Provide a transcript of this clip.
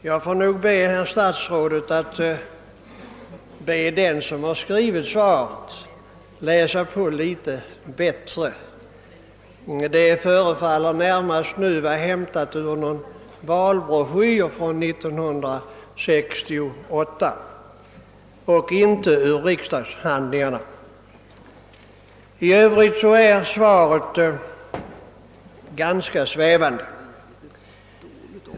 Jag får därför anhålla att statsrådet anmodar den som skrivit svaret att läsa på litet bättre. Den uppgift som här lämnats förefaller närmast vara hämtad ur någon valbroschyr från 1968, inte ur riksdagshandlingarna. I övrigt är svaret ganska svävande.